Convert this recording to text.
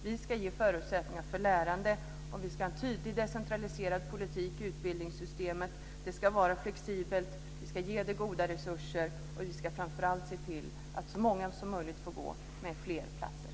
Vi ska ge förutsättningar för lärande. Vi ska ha en tydlig, decentraliserad politik i utbildningssystemet. Det ska vara flexibelt. Vi ska ge det goda resurser. Framför allt ska vi se till att så många som möjligt får gå med fler platser.